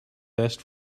best